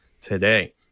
today